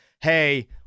Hey